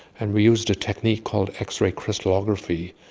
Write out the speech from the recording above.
and we used a technique called x-ray crystallography,